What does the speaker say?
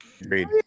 Agreed